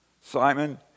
Simon